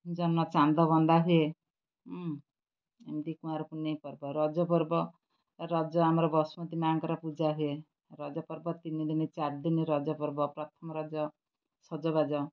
ଚାନ୍ଦ ବନ୍ଦା ହୁଏ ଏମିତି କୁଆଁରକୁ ନେଇ ପର୍ବ ରଜପର୍ବ ରଜ ଆମର ବସୁମତୀ ମା'ଙ୍କର ପୂଜା ହୁଏ ରଜପର୍ବ ତିନି ଦିନି ଚାରି ଦିନି ରଜପର୍ବ ପ୍ରଥମ ରଜ ସଜବାଜ